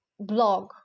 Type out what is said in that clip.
blog